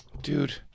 dude